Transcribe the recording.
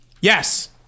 Yes